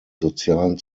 sozialen